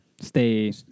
stay